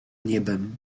niebem